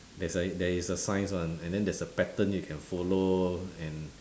there's a there is a science [one] and then there is a pattern you can follow and